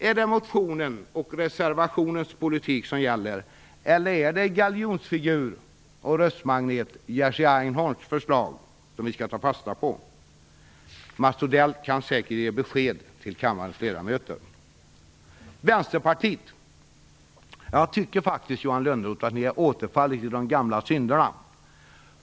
Är det motionens och reservationens politik som gäller, eller är det er galjonsfigur och röstmagnet Jerzy Einhorns förslag som vi skall ta fasta på? Mats Odell kan säkert ge besked till kammarens ledamöter. Sedan tycker jag faktiskt, Johan Lönnroth, att Vänsterpartiet har återfallit till de gamla synderna.